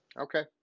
Okay